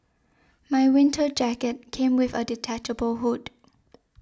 my winter jacket came with a detachable hood